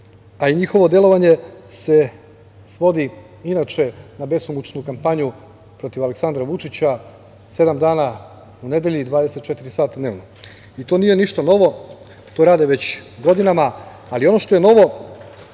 a i njihovo delovanje se svodi, inače, na besomučnu kampanju protiv Aleksandra Vučića sedam dana u nedelji i 24 sata dnevno. To nije ništa novo, to rade već godinama, ali ono što je novo